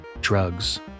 drugs